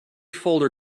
folder